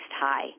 High